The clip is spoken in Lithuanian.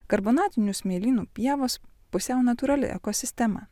karbonatinių smėlynų pievos pusiau natūrali ekosistema